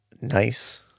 nice